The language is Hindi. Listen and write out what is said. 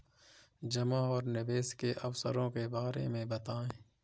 जमा और निवेश के अवसरों के बारे में बताएँ?